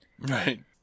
Right